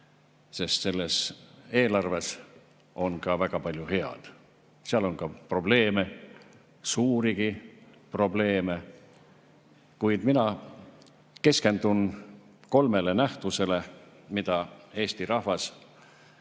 sest selles eelarves on ka väga palju head. Seal on ka probleeme, suurigi probleeme. Kuid mina keskendun kolmele nähtusele, mida Eesti rahvas